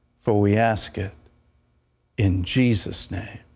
for we ask it in jesus' name.